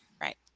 Right